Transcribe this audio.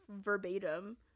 verbatim